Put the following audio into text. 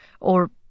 or-